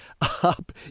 up